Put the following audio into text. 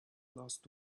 last